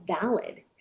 valid